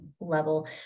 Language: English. level